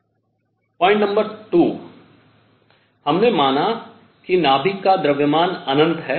बिंदु संख्या दो हमने माना कि नाभिक का द्रव्यमान अनंत है